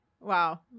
Wow